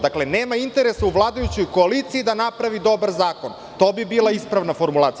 Dakle, nema interesa u vladajućoj koaliciji da napravi dobar zakon, to bi bila ispravna formulacija.